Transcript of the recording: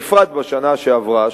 בפרט בשנה שעברה,